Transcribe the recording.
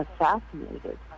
assassinated